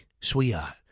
sweetheart